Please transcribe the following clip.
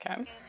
Okay